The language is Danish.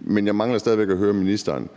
Men jeg mangler stadig væk at høre ministeren.